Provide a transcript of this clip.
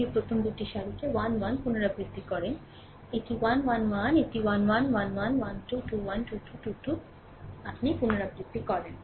আপনি প্রথম 2 টি সারিকে 1 1 পুনরাবৃত্তি করেন এটি 1 1 1 এটি 1 1 1 1 1 2 21 2 2 2 2 আপনি পুনরাবৃত্তি করেন